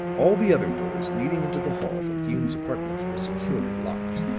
all the other doors leading into the hall from hume's apartments were securely locked